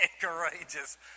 courageous